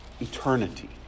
eternity